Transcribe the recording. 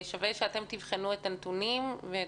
שתיבחנו את הנתונים.